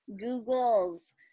google's